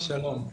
שלום.